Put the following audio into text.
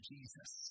Jesus